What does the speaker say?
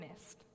missed